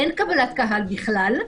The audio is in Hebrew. אין קבלת קהל בכלל,